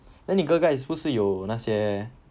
then 你 girl guides 不是有那些